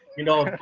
you know,